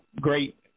great